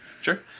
Sure